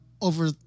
over